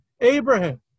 Abraham